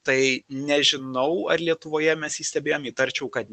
tai nežinau ar lietuvoje mes jį stebėjom įtarčiau kad